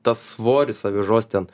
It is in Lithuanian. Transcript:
tas svoris avižos ten